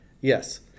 Yes